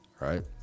right